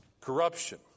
corruption